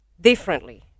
differently